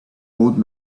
old